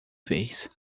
vez